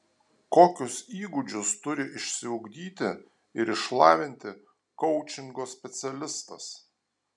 kokius įgūdžius turi išsiugdyti ir išlavinti koučingo specialistas